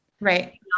right